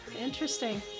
interesting